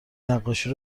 نقاشی